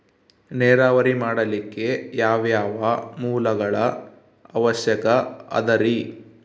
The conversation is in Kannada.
ನೇರಾವರಿ ಮಾಡಲಿಕ್ಕೆ ಯಾವ್ಯಾವ ಮೂಲಗಳ ಅವಶ್ಯಕ ಅದರಿ?